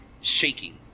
shaking